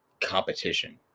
competition